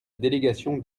délégation